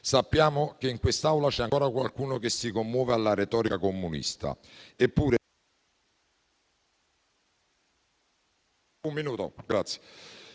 Sappiamo che in quest'Aula c'è ancora qualcuno che si commuove alla retorica comunista.